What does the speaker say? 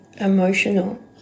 emotional